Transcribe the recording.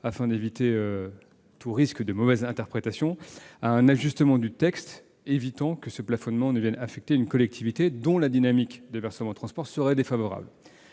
afin d'éviter tout risque de mauvaise interprétation, à un ajustement du texte évitant que ce plafonnement ne vienne affecter une collectivité dont la dynamique de versement transport serait défavorable.